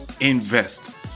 invest